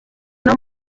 ino